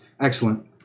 excellent